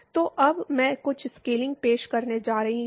तो अब मैं कुछ स्केलिंग पेश करने जा रहा हूं